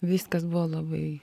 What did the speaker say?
viskas buvo labai